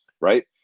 Right